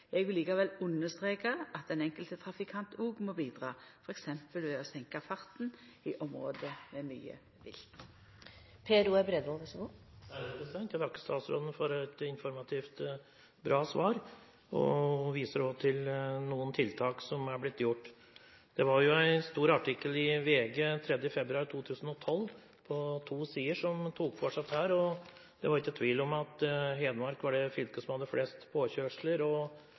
vil likevel understreka at den enkelte trafikanten òg må bidra, f.eks. ved å senka farten i område med mykje vilt. Jeg takker statsråden for et informativt og godt svar, og hun viser òg til noen tiltak som er blitt gjort. Det var en stor artikkel i VG 3. februar 2012, på to sider, som tok for seg dette, og det er ikke tvil om at Hedmark er det fylket som har flest påkjørsler og